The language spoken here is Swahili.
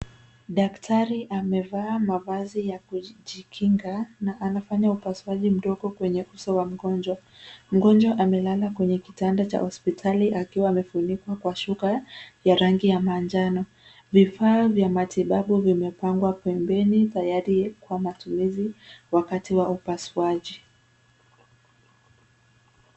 Daktari amevaa mavazi ya kujikinga na anafanya upasuaji mdogo kwenye uso wa mgonjwa. Mgonjwa amelala kwenye kitanda cha hospitali akiwa amefunikwa kwa shuka ya rangi ya manjano. Vifaa vya matibabu vimepangwa pembeni tayari kwa matumizi wakati wa upasuaji.